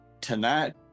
tonight